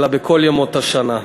אלא בכל ימות השנה.